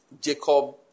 Jacob